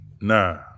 Nah